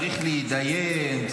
צריך להתדיין,